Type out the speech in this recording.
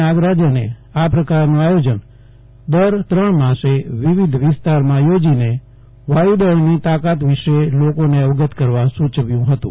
નાગરાજને આ પ્રકારનું આયોજન દર ત્રણ માસે વિવિધ વિસ્તારમાં યોજીને વાયુદળની તાકાત વિશે લોકોને અવગત કરવા સુચવ્યું હતું